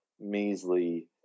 measly